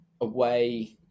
away